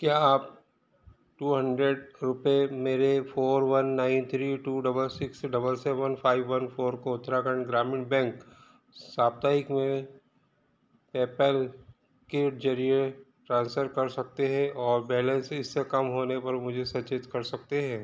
क्या आप two hundred रुपये मेरे four one nine three two double six double seven five one four को उत्तराखंड ग्रामीण बैंक साप्ताहिक में पेपैल के ज़रिए ट्रांसफ़र कर सकते हैं और बैलेंस इससे कम होने पर मुझे सचेत कर सकते हैं